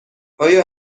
آیا